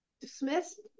dismissed